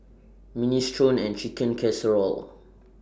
Minestrone and Chicken Casserole